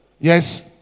yes